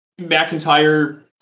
McIntyre